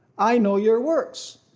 i know your works,